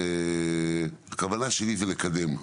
הכוונה שלי זה לקדם.